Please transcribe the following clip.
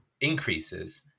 increases